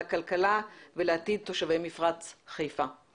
לכלכלה ולעתיד תושבי מפרץ חיפה.